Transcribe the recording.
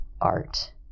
art